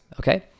okay